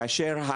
כאשר,